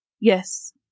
Yes